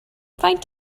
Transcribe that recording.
faint